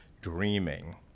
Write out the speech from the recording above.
dreaming